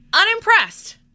Unimpressed